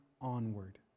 onward